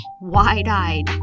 wide-eyed